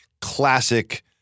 classic